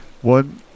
One